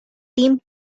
teen